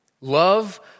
Love